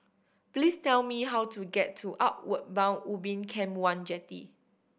please tell me how to get to Outward Bound Ubin Camp One Jetty